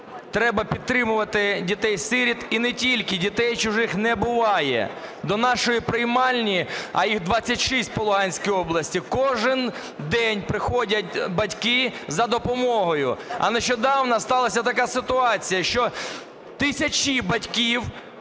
Треба підтримувати дітей-сиріт і не тільки, дітей чужих не буває. До нашої приймальні, а їх 26 по Луганській області, кожний день приходять батьки за допомогою. А нещодавно сталася така ситуація, що тисячі батьків